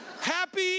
Happy